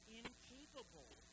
incapable